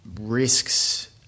risks